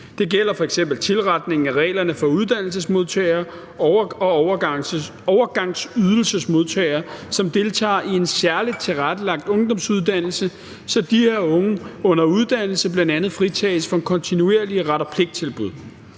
Det gælder f.eks. tilretningen af reglerne for uddannelsesmodtagere og overgangsydelsesmodtagere, som deltager i en særligt tilrettelagt ungdomsuddannelse, så de her unge under uddannelse bl.a. fritages for kontinuerligt ret og pligt-tilbud.